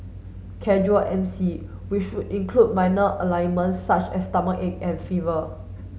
casual M C which would include minor alignment such as stomachache and fever